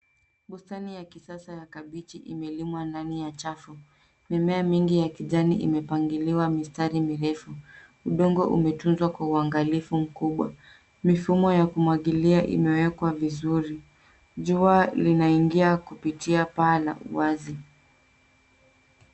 Bustani ya kisasa ya kabichi imelimwa ndani ya chafu. Mimea mingi ya kijani imepangaliwa mistari mirefu. Udongo umetunzwa kwa uangalifu mkubwa. Mifumo ya kumwagilia imeekwa vizuri. Jua linaingia kupitia paa la uwazi.